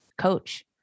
coach